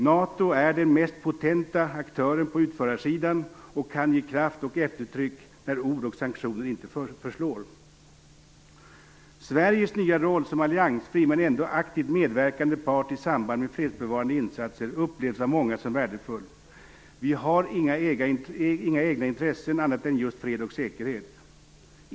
NATO är den mest potenta aktören på utförarsidan och kan ge kraft och eftertryck när ord och sanktioner inte förslår. Sveriges nya roll som alliansfri men ändå aktivt medverkande part i samband med fredsbevarande insatser upplevs av många som värdefull. Vi har inga egna intressen annat än just fred och säkerhet.